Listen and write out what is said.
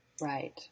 Right